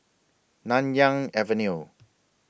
Nanyang Avenue